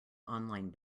online